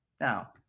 now